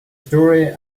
story